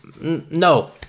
No